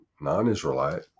Non-Israelite